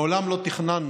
מעולם לא תכננו